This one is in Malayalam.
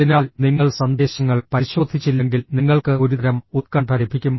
അതിനാൽ നിങ്ങൾ സന്ദേശങ്ങൾ പരിശോധിച്ചില്ലെങ്കിൽ നിങ്ങൾക്ക് ഒരുതരം ഉത്കണ്ഠ ലഭിക്കും